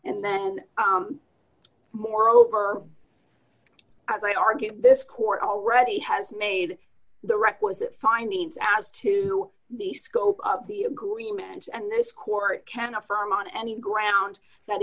and then moreover as i argue this court already has made the requisite findings as to the scope of the agreement and this court can affirm on any ground that